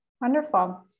wonderful